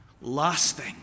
Lasting